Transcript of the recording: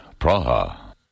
Praha